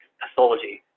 pathology